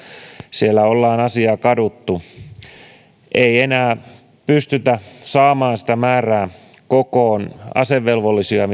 siellä on asiaa kaduttu enää ei pystytä saamaan kokoon sitä määrää asevelvollisia